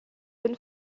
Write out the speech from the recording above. been